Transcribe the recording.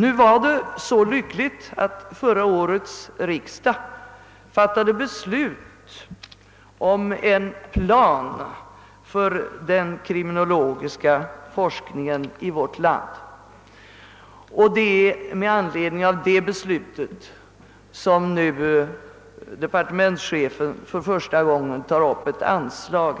Nu var det så lyckligt att förra årets riksdag fattade beslut om en plan för den kriminologiska forskningen i vårt land, och det är med anledning av detta beslut som departementschefen i år för första gången tar upp ett anslag